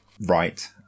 Right